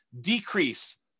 decrease